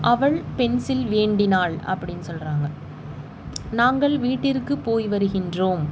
அவள் பென்சில் வேண்டினாள் அப்படின்னு சொல்கிறாங்க நாங்கள் வீட்டிற்கு போய் வருகின்றோம்